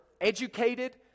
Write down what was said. educated